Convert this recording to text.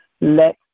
let